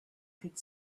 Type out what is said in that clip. could